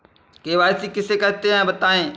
KYC किसे कहते हैं बताएँ?